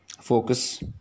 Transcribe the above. focus